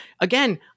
Again